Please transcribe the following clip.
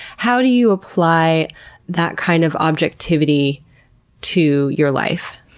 how do you apply that kind of objectivity to your life?